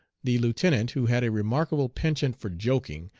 the lieutenant, who had a remarkable penchant for joking,